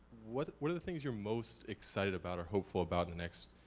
what what are the things you're most excited about or hopeful about in the next